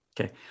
Okay